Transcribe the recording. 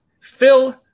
Phil